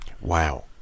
Wow